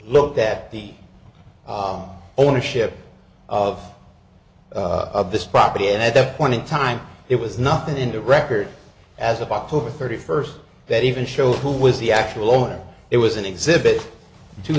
looked at the ownership of this property and at that point in time it was nothing in the record as of october thirty first that even show who was the actual owner it was an exhibit to